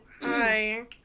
Hi